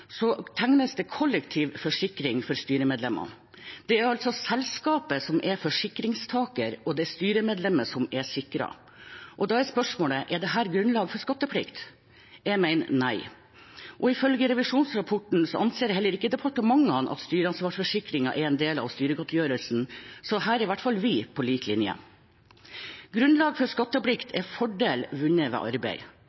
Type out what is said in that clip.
tegnes det kollektiv forsikring for styremedlemmene. Det er altså selskapet som er forsikringstaker, og det er styremedlemmet som er sikret. Da er spørsmålet: Er dette grunnlag for skatteplikt? Jeg mener nei, og ifølge revisjonsrapporten anser heller ikke departementene at styreansvarsforsikringen er en del av styregodtgjørelsen, så her er i hvert fall vi på lik linje. Grunnlag for skatteplikt